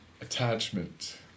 attachment